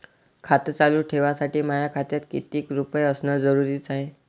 खातं चालू ठेवासाठी माया खात्यात कितीक रुपये असनं जरुरीच हाय?